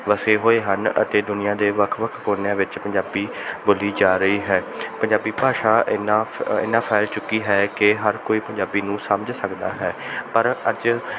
ਵਸੇ ਹੋਏ ਹਨ ਅਤੇ ਦੁਨੀਆਂ ਦੇ ਵੱਖ ਵੱਖ ਕੋਨਿਆਂ ਵਿੱਚ ਪੰਜਾਬੀ ਬੋਲੀ ਜਾ ਰਹੀ ਹੈ ਪੰਜਾਬੀ ਭਾਸ਼ਾ ਇੰਨਾਂ ਫ ਇੰਨਾਂ ਫੈਲ ਚੁੱਕੀ ਹੈ ਕਿ ਹਰ ਕੋਈ ਪੰਜਾਬੀ ਨੂੰ ਸਮਝ ਸਕਦਾ ਹੈ ਪਰ ਅੱਜ